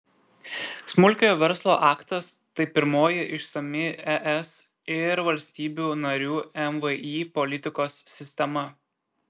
smulkiojo verslo aktas tai pirmoji išsami es ir valstybių narių mvį politikos sistema